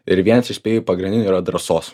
ir vienas iš spėju pagrindinių yra drąsos